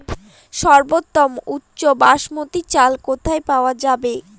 সর্বোওম উচ্চ বাসমতী চাল কোথায় পওয়া যাবে?